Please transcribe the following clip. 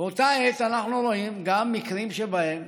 באותה העת אנחנו רואים גם מקרים שבהם